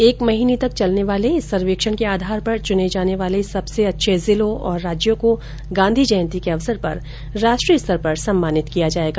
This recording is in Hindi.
एक महीने तक चलने वाले इस सर्वेक्षण के आधार पर चुने जाने वाले सबसे अच्छे जिलों और राज्यों को गांधी जयंती के अवसर पर राष्ट्रीय स्तर पर सम्मानित किया जायेगा